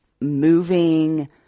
moving